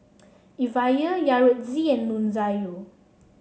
Evia Yaretzi and Nunzio